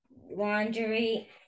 laundry